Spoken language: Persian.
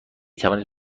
توانید